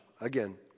again